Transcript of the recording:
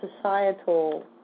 societal